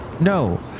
No